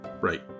Right